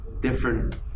different